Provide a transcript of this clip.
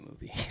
movie